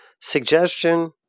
Suggestion